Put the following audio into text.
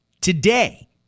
today